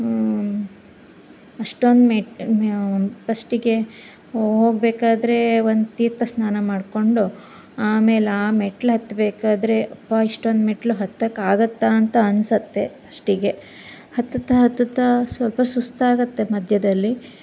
ಅಷ್ಟೊಂದು ಮೆಟ್ಲ್ ಪಶ್ಟಿಗೆ ಹೋಗ್ಬೇಕಾದ್ರೆ ಒಂದು ತೀರ್ಥಸ್ನಾನ ಮಾಡಿಕೊಂಡು ಆಮೇಲೆ ಆ ಮೆಟ್ಲು ಹತ್ತಬೇಕಾದ್ರೆ ಅಪ್ಪ ಇಷ್ಟೊಂದು ಮೆಟ್ಲು ಹತ್ತೋಕ್ಕಾಗತ್ತಾ ಅಂತ ಅನ್ಸುತ್ತೆ ಫಸ್ಟಿಗೆ ಹತ್ತುತ್ತಾ ಹತ್ತುತ್ತಾ ಸ್ವಲ್ಪ ಸುಸ್ತಾಗುತ್ತೆ ಮಧ್ಯದಲ್ಲಿ